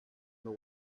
know